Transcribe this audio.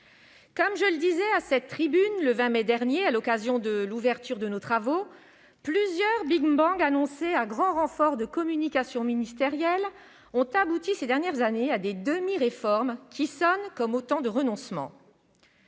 Comme je le disais à cette tribune le 20 mai dernier, à l'occasion de l'ouverture de nos travaux, plusieurs big-bangs annoncés à grand renfort de communication ministérielle ont abouti, ces dernières années, à des demi-réformes qui sonnent comme autant de renoncements.